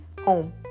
home